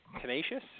tenacious